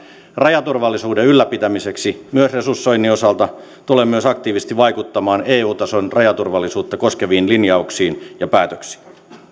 rajaturvallisuuden ylläpitämiseksi myös resursoinnin osalta tulen myös aktiivisesti vaikuttamaan eu tason rajaturvallisuutta koskeviin linjauksiin ja päätöksiin